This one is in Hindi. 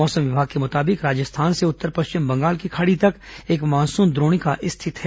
मौसम विभाग के मुताबिक राजस्थान से उत्तर पश्चिम बंगाल की खाड़ी तक एक मानसून द्रोणिका स्थित है